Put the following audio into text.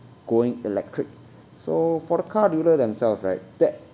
going electric so for the car dealer themselves right that